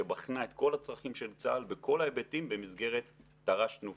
שבחנה את כל הצרכים של צה"ל בכל ההיבטים במסגרת תר"ש תנופה.